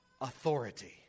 authority